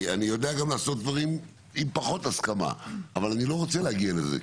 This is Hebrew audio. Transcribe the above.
אני יודע גם לעשות דברים עם פחות הסכמה אבל אני לא רוצה להגיע לזה,